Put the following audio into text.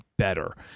Better